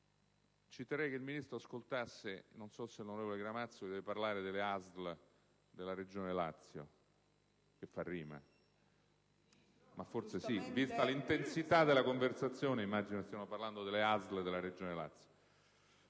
Ci terrei che il Ministro ascoltasse. Non so se il senatore Gramazio deve parlare delle ASL della Regione Lazio (che fa anche rima), ma forse sì. Vista l'intensità della conversazione, immagino che stiano parlando delle ASL della Regione Lazio.